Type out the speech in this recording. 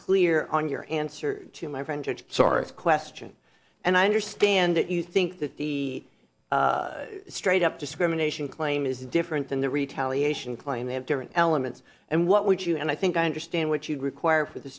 clear on your answer to my friend sorry if question and i understand that you think that the straight up discrimination claim is different than the retaliation claim they have different elements and what would you and i think i understand what you require for the